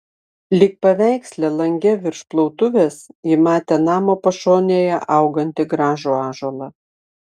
lyg paveiksle lange virš plautuvės ji matė namo pašonėje augantį gražų ąžuolą